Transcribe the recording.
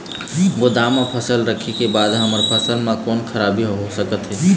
गोदाम मा फसल रखें के बाद हमर फसल मा कोन्हों खराबी होथे सकथे का?